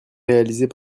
réalisées